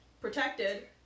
protected